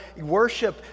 worship